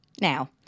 Now